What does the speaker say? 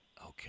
Okay